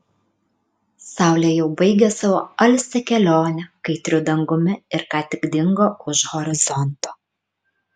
saulė jau baigė savo alsią kelionę kaitriu dangumi ir ką tik dingo už horizonto